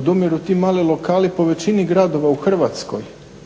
Odumiru ti mali lokali po većini gradova u Hrvatskoj.